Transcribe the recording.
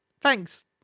Thanks